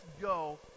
go